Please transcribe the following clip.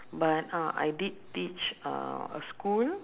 but uh I did teach uh a school